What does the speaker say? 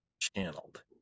channeled